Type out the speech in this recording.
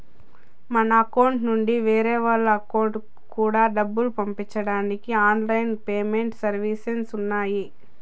మన అకౌంట్ నుండి వేరే వాళ్ళ అకౌంట్ కూడా డబ్బులు పంపించడానికి ఆన్ లైన్ పేమెంట్ సర్వీసెస్ ఉన్నాయి